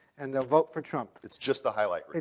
and they'll vote for trump. it's just the highlight reel.